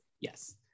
Yes